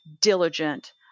diligent